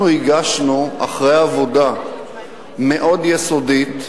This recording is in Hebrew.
אנחנו הגשנו, אחרי עבודה מאוד יסודית,